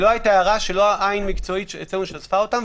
לא הייתה הערה שעין מקצועית אצלנו לא שזפה אותה.